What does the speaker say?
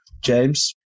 James